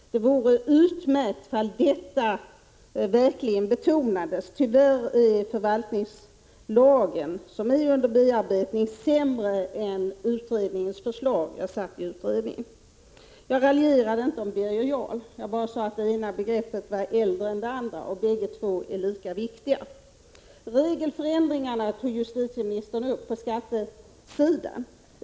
Det vore utmärkt om detta verkligen betonades. Tyvärr är förvaltningslagen, vilken är efter bearbetning i departementet sämre än utredningens förslag när det gäller lagmotiveringar — jag vill nämna att jag själv satt med i utredningen. Jag raljerade inte om Birger Jarl. Jag sade bara att det ena begreppet var äldre än det andra och att bägge är lika viktiga. Justitieministern tog upp frågan om regeländringarna på skattesidan.